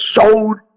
showed